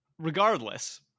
Regardless